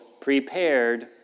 prepared